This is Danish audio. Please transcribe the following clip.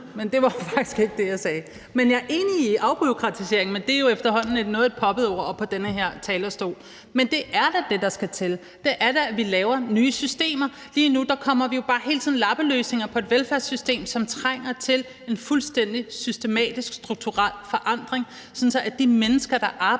men det var faktisk ikke det, jeg sagde. Men jeg er enig i det med afbureaukratiseringen, men det er jo efterhånden et noget poppet ord oppe på den her talerstol. Men det er da det, der skal til, det er da, at vi laver nye systemer. Lige nu kommer vi bare hele tiden lapper på et velfærdssystem, som trænger til en fuldstændig systematisk, strukturel forandring, sådan at de mennesker, der arbejder